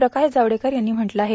प्रकाश जावडेकर यांनी म्हटलं आहे